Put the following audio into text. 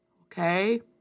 Okay